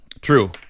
true